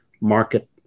market